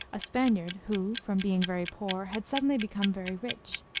a spaniard, who, from being very poor, had suddenly become very rich,